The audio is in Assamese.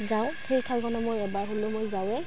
যাওঁ সেই ঠাইকণত মই এবাৰ হ'লেও মই যাওঁৱেই